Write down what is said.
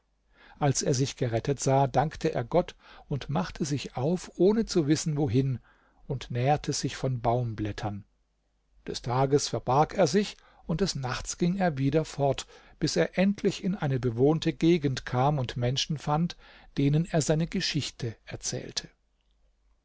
als er sich gerettet sah dankte er gott und machte sich auf ohne zu wissen wohin und nährte sich von baumblättern des tages verbarg er sich und des nachts ging er wieder fort bis er endlich in eine bewohnte gegend kam und menschen fand denen er seine geschichte erzählte